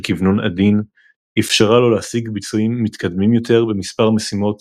כוונון עדין אפשרה לו להשיג ביצועים מתקדמים יותר במספר משימות